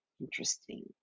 Interesting